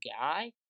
guy